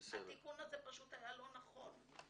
התיקון הזה פשוט היה לא נכון.